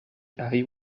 harry